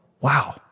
wow